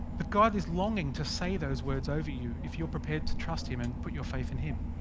but god is longing to say those words over you. if you're prepared to trust him, and put your faith in him.